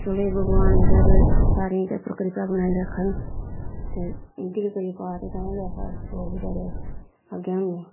चलो एह् भगवान बचारे सारें उप्पर कृपा बनाई रक्खन ते उंदी गै कृपा तां गै अस लोग बचारे अग्गें होन्नें